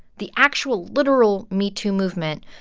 the actual, literal metoo movement,